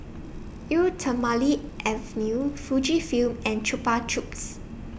Eau Thermale Avene Fujifilm and Chupa Chups